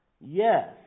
Yes